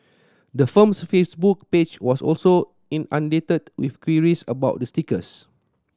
the firm's Facebook page was also inundated with queries about the stickers